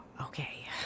okay